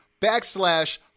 backslash